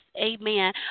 amen